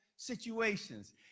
situations